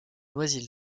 noisy